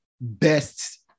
best